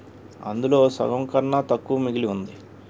అందులో సగంకన్నా తక్కువ మిగిలి ఉంది